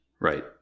Right